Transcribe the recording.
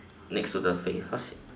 next to the face cause